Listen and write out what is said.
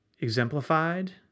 exemplified